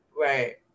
Right